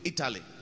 Italy